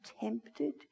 tempted